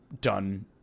done